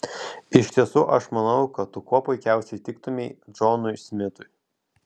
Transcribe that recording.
iš tiesų aš manau kad tu kuo puikiausiai tiktumei džonui smitui